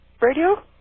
radio